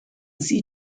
see